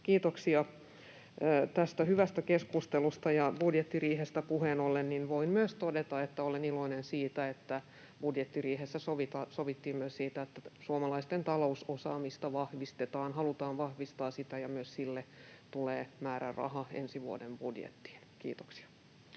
kiitoksia tästä hyvästä keskustelusta. Ja budjettiriihestä puheen ollen voin myös todeta, että olen iloinen siitä, että budjettiriihessä sovittiin myös siitä, että suomalaisten talousosaamista vahvistetaan, halutaan vahvistaa sitä, ja myös sille tulee määräraha ensi vuoden budjettiin. — Kiitoksia.